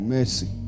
Mercy